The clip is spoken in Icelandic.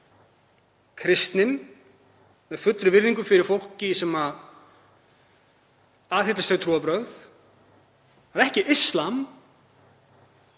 kristnin, með fullri virðingu fyrir fólki sem aðhyllist þau trúarbrögð. Það er ekki íslam,